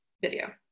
video